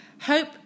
Hope